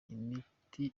imiti